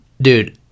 Dude